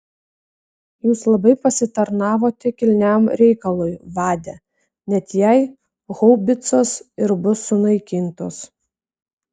jūs labai pasitarnavote kilniam reikalui vade net jei haubicos ir bus sunaikintos